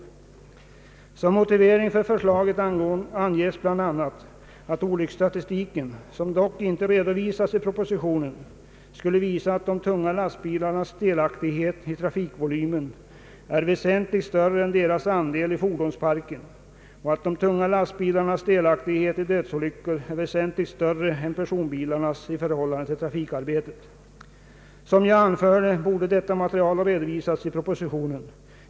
Som motivering för propositionens förslag anges bland annat att olycksstatistiken, som dock inte redovisas i propositionen, skulle visa att de tunga lastbilarnas delaktighet i trafikvolymen är väsentligt större än deras andel i fordonsparken och att de tunga lastbilarnas delaktighet i dödsolyckor är väsentligt större än personbilarnas i förhållande till trafikarbetet. Som jag redan anfört borde detta material ha redovisats i propositionen.